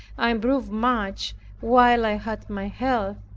i improved much while i had my health,